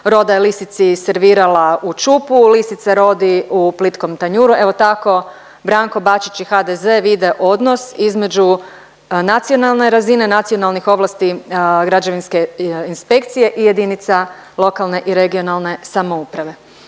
roda je lisici servirala u ćupu, lisica rodi u plitkom tanjuru. Evo tako Branko Bačić i HDZ vide odnos između nacionalne razine, nacionalnih ovlasti građevinske inspekcije i jedinica lokalne i regionalne samouprave.